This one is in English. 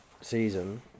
season